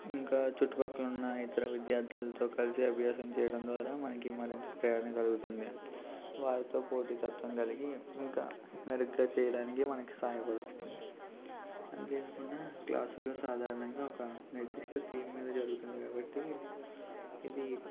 ఇంకా చుట్టుపక్కల ఉన్న ఇతర విద్యార్థులతో కలిసి అభ్యాసం చేయడం ద్వారా మనకి మరింత ప్రయోజనం కలుగుతుంది వారితో పోటీతత్వం కలిగి ఇంకా మెరుగ్గా చేయడానికి మనకి సహాయపడుతుంది అంతేకాకుండా క్లాసులో సాధారణంగా ఒక నిర్దిష్ట తీం మీద జరుగుతుంది కాబట్టి ఇది